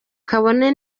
kabone